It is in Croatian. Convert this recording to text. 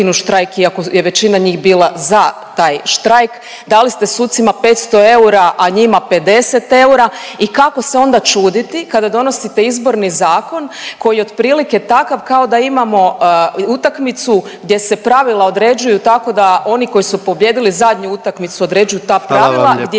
Hvala vam lijepo